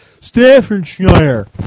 staffordshire